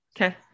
Okay